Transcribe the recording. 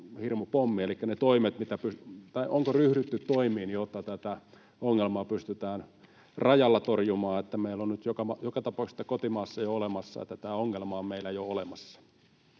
on hirmupommi. Elikkä onko ryhdytty toimiin, jotta tätä ongelmaa pystytään rajalla torjumaan? Meillä on nyt joka tapauksessa sitä kotimaassa jo olemassa, niin että tätä ongelmaa on meillä jo olemassa.